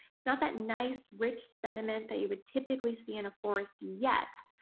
it's not that nice rich sediment that you would typically see in a forest yet.